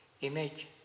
image